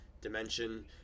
dimension